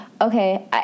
Okay